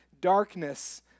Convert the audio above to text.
darkness